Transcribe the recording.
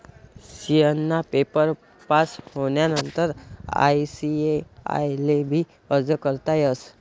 CA ना paper pass होवानंतर ICAI ले भी अर्ज करता येस